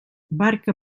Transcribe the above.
barca